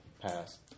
pass